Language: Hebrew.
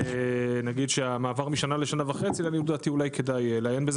אני אגיד שהמעבר משנה לשנה וחצי לעניות דעתי אולי כדאי לעיין בזה